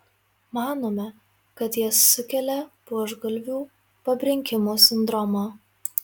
manome kad jie sukelia buožgalvių pabrinkimo sindromą